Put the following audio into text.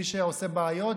מי שעושה בעיות,